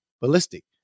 ballistic